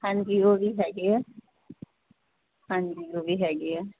ਹਾਂਜੀ ਉਹ ਵੀ ਹੈਗੇ ਆ ਹਾਂਜੀ ਉਹ ਵੀ ਹੈਗੇ ਆ